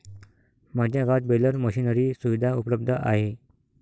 माझ्या गावात baler machinery सुविधा उपलब्ध आहे